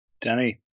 Danny